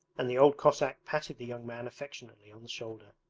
and the old cossack patted the young man affectionately on the shoulder.